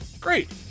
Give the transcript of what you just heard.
Great